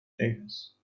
davis